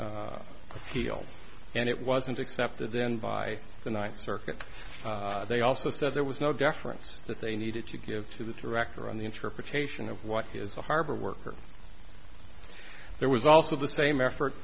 deal and it wasn't accepted then by the ninth circuit they also said there was no deference that they needed to give to the director on the interpretation of what is a harbor worker there was also the same effort